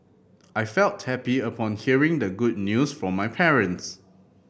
I felt happy upon hearing the good news from my parents